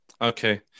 Okay